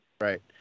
Right